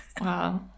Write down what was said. Wow